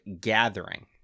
Gathering